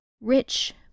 Rich